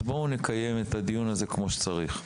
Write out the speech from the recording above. אז בואו נקיים את הדיון הזה כמו שצריך,